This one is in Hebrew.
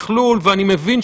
שהתקציבים המיועדים,